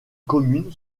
commune